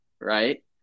right